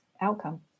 outcome